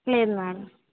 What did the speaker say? లేదు మేడం